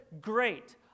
great